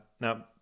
now